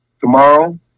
tomorrow